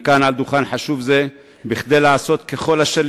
אני כאן על דוכן חשוב זה כדי לעשות ככל אשר